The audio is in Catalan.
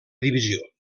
divisió